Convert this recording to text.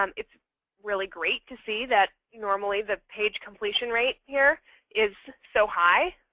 um it's really great to see that normally that page completion rate here is so high.